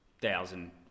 thousand